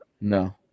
No